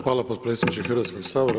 Hvala potpredsjedniče Hrvatskog sabora.